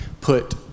put